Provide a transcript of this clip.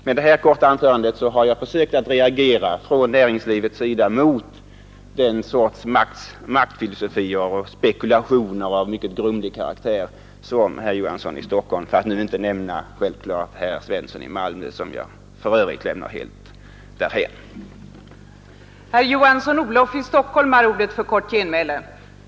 Med det här korta anförandet har jag försökt reagera från näringslivets sida mot den sorts maktfilosofi och spekulationer av mycket grumlig karaktär som herr Olof Johansson i Stockholm ägnat sig åt — för att nu inte nämna herr Svensson i Malmö, som jag för övrigt lämnar helt därhän.